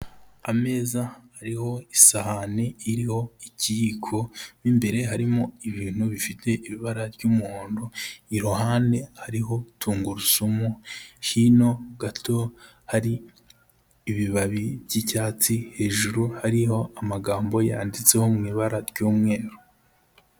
Ameza ariho isahani iriho ikiyiko, mo imbere harimo ibintu bifite ibara ry'umuhondo, iruhande hariho tungurusumu, hino gato hari ibibabi by'icyatsi, hejuru hariho amagambo yanditseho mu ibara ry'umweru.